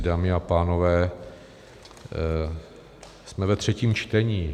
Dámy a pánové, jsme ve třetím čtení.